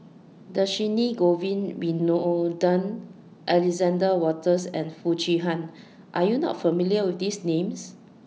Dhershini Govin Winodan Alexander Wolters and Foo Chee Han Are YOU not familiar with These Names